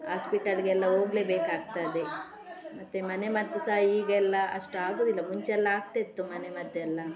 ಆಸ್ಪೆಟಲಿಗೆಲ್ಲ ಹೋಗ್ಲೇ ಬೇಕಾಗ್ತದೆ ಮತ್ತೆ ಮನೆಮದ್ದು ಸಹ ಈಗೆಲ್ಲ ಅಷ್ಟು ಆಗೋದಿಲ್ಲ ಮುಂಚೆ ಎಲ್ಲ ಆಗ್ತಾಯಿತ್ತು ಮನೆಮದ್ದೆಲ್ಲ